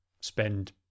spend